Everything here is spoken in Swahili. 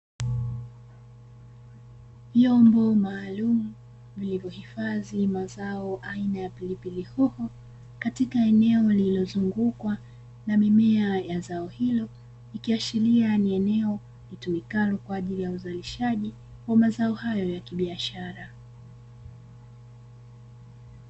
Vyombo maalumu vilivyohifadhi mazao aina ya pilipili hoho katika eneo lililozungukwa na mimea ya zao hilo, ikiashiria ni eneo litumikalo kwa ajili ya uzalishaji wa mazao hayo ya kibiashara.